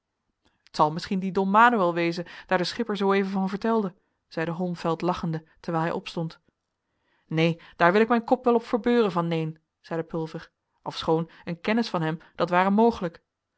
zal misschien die don manoël wezen daar de schipper zooeven van vertelde zeide holmfeld lachende terwijl hij opstond neen daar wil ik mijn kop wel op verbeuren van neen zeide pulver ofschoon een kennis van hem dat ware mogelijk